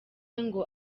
ngo